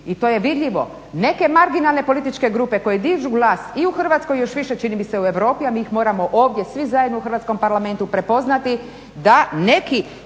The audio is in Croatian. i to je vidljivo, neke marginalne političke grupe koje dižu glas i u Hrvatskoj i još više čini mi se u Europi, a mi ih moramo ovdje svi zajedno u Hrvatskom parlamentu prepoznati da neki